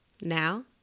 Now